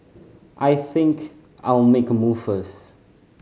I think I'll make a move first